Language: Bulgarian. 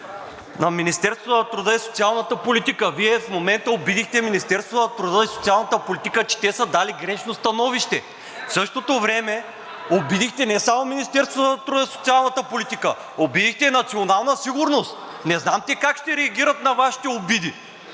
на Министерството на труда и социалната политика. Вие в момента обидихте Министерството на труда и социалната политика, че те са дали грешно становище. В същото време обидихте не само Министерството на труда и социалната политика, обидихте „Национална сигурност“. Не знам те как ще реагират на Вашите обиди.